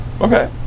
Okay